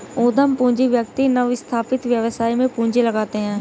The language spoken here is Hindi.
उद्यम पूंजी व्यक्ति नवस्थापित व्यवसाय में पूंजी लगाते हैं